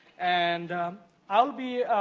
and i'll be,